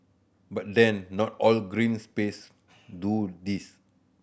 but then not all green space do this